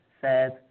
says